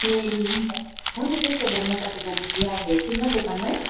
ए हुन्छ हुन्छ त्यसो भए म तपाईँको भोलि आएर हेर्छु नि ल दोकानमै